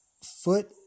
foot